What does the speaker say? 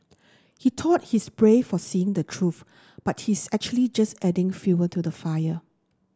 he thought he's brave for saying the truth but he's actually just adding fuel to the fire